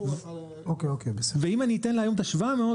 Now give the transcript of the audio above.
אם אני אתן לה היום 700,